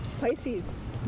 Pisces